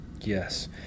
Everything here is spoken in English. Yes